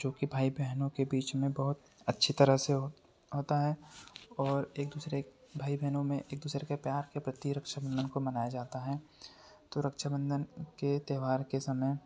जो कि भाई बहनों के बीच में बहुत अच्छी तरह से वह होता है और एक दूसरे भाई बहनों में एक दूसरे के प्यार के प्रति रक्षाबन्धन को मनाया जाता है तो रक्षाबन्धन के त्योहार के समय